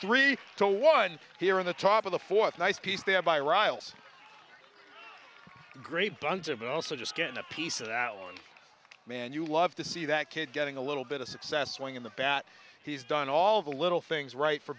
three to one here in the top of the fourth nice piece there by riles a great bunch of it also just getting a piece of that one man you love to see that kid getting a little bit of success when the bat he's done all the little things right for